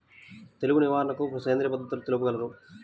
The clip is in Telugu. తెగులు నివారణకు సేంద్రియ పద్ధతులు తెలుపగలరు?